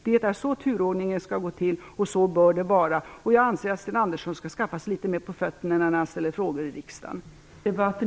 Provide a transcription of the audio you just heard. Det är så turordningen är, och så bör den vara. Jag anser att Sten Andersson skall skaffa sig litet mer på fötterna innan han ställer frågor i riksdagen.